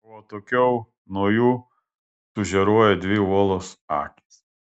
o atokiau nuo jų sužėruoja dvi uolos akys